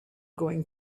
going